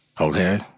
okay